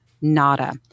nada